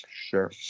Sure